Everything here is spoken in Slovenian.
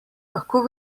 lahko